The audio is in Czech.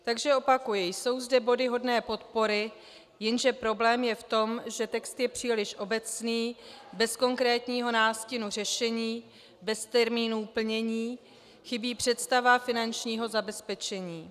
Takže opakuji, jsou zde body hodné podpory, jenže problém je v tom, že text je příliš obecný, bez konkrétního nástinu řešení, bez termínů plnění, chybí představa finančního zabezpečení.